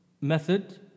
method